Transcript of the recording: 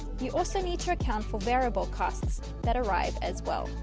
you also need to account for variable costs that arise as well.